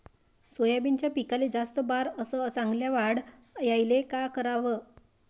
सोयाबीनच्या पिकाले जास्त बार अस चांगल्या वाढ यायले का कराव?